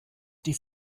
die